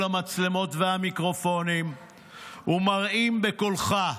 המצלמות והמיקרופונים ומרעים בקולך.